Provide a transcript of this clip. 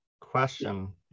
question